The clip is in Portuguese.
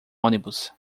ônibus